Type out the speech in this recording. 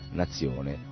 nazione